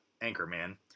Anchorman